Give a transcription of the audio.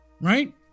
right